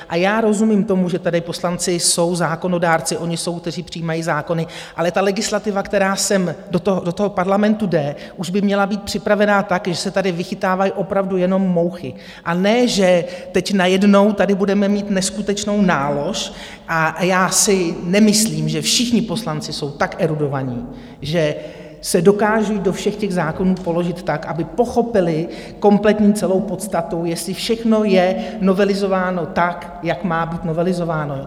A já rozumím tomu, že tady poslanci jsou zákonodárci, oni jsou ti, kteří přijímají zákony, ale legislativa, která sem do parlamentu jde, už by měla být připravená tak, aby se tady vychytávaly opravdu jenom mouchy, a ne že teď najednou tady budeme mít neskutečnou nálož, a já si nemyslím, že všichni poslanci jsou tak erudovaní, že se dokážou do všech těch zákonů položit tak, aby pochopili kompletní celou podstatou, jestli všechno je novelizováno tak, jak má být novelizováno.